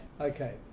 Okay